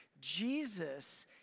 Jesus